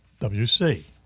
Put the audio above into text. WC